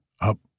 up